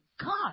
God